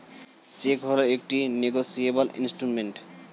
check হল একটি negotiable instrument